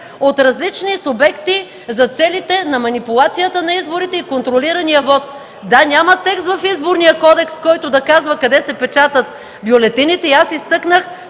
съм казала ГЕРБ – за целите на манипулацията на изборите и контролирания вот! Да, няма текст в Изборния кодекс, който да казва къде се печатат бюлетините и аз изтъкнах